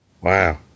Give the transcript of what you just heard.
wow